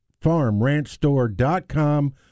farmranchstore.com